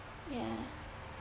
ya